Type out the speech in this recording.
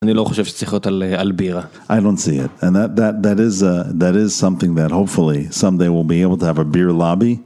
אני לא חושב שצריך להיות על בירה.